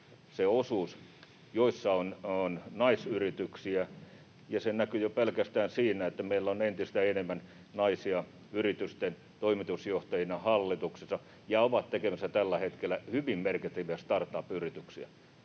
osuus, joissa on naisia, ja se näkyy jo pelkästään siinä, että meillä on entistä enemmän naisia yritysten toimitusjohtajina, hallituksissa, ja naiset ovat tekemässä tällä hetkellä hyvin merkittäviä startup-yrityksiä.